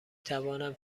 توانم